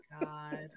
God